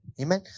Amen